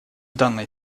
данной